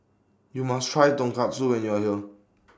YOU must Try Tonkatsu when YOU Are here